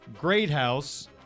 Greathouse